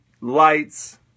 lights